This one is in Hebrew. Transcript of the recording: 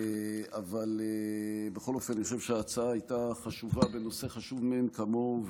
אבל בכל אופן אני חושב שההצעה הייתה חשובה בנושא חשוב מאין כמוהו,